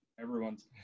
Everyone's –